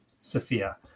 sophia